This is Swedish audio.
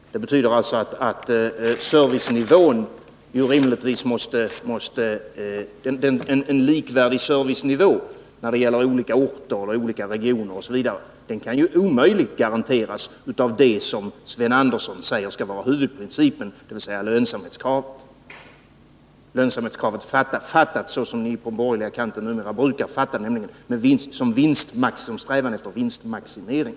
Det betyder att en likvärdig servicenivå i olika orter, regioner osv. omöjligt kan garanteras av det som Sven Andersson säger skall vara huvudprincipen, dvs. lönsamhetskravet — lönsamhetskravet fattat som ni på den borgerliga kanten brukar fatta det, nämligen som strävan efter vinstmaximering.